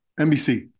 NBC